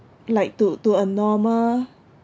like to to a normal